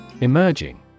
Emerging